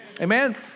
Amen